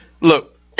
Look